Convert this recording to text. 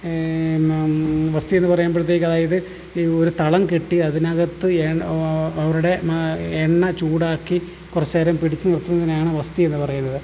വസ്തിയെന്ന് പറയുമ്പോഴത്തേക്ക് അതായത് ഈ ഒരു തളം കെട്ടി അതിനകത്ത് ഓഹ് അവരുടെ എണ്ണ ചൂടാക്കി കുറച്ചേരം പിടിച്ച് നിർത്തുന്നതിനെയാണ് വസ്തി എന്നു പറയുന്നത്